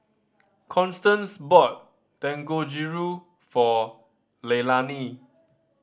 Constance bought Dangojiru for Leilani